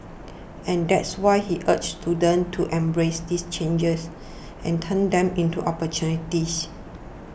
and that's why he urged students to embrace these changes and turn them into opportunities